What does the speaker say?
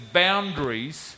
boundaries